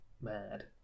mad